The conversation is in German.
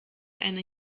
eine